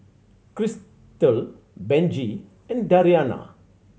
Christal Benji and Dariana